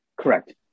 correct